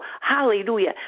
hallelujah